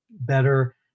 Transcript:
better